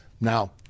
Now